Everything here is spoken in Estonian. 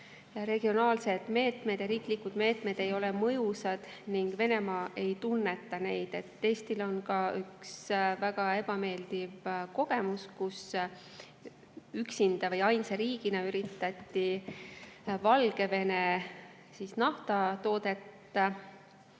Regionaalsed meetmed ja riiklikud meetmed ei ole mõjusad ning Venemaa ei tunneta neid. Eestil on ka üks väga ebameeldiv kogemus, kui üksinda või ainsa riigina üritati Valgevene naftatoodet